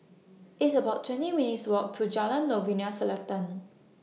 It's about twenty minutes' Walk to Jalan Novena Selatan